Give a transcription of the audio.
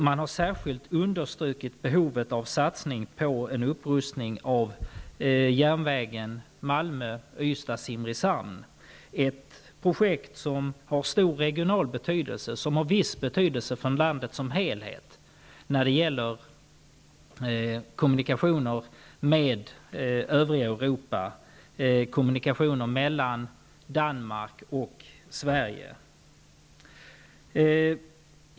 Man har särskilt understrukit behovet av satsning på en upprustning av järnvägen Malmö--Ystad-- Simrishamn. Det är ett projekt som har stor regional betydelse och viss betydelse för landet som helhet när det gäller kommunikationer med övriga Europa och mellan Danmark och Sverige.